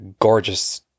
gorgeous